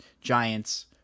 Giants